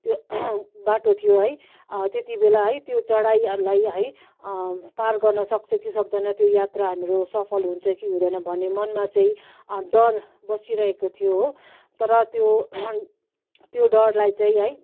त्यो बाटो थियो है त्यति बेला है त्यो चडाइहरूलाई है पार गर्न सक्छ कि सक्दैन त्यो यात्रा हाम्रो सफल हुन्छ कि हुँदैन भन्ने मनमा चाहिँ डर बसिरहेको थियो हो तर त्यो त्यो डरलाई चाहिँ है